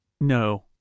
No